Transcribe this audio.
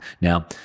Now